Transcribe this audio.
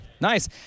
Nice